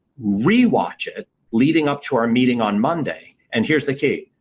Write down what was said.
re-watch it leading up to our meeting on monday and here's the key.